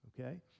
okay